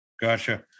Gotcha